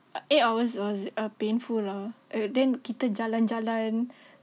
eight hours was uh painful lah then kita jalan jalan